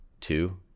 two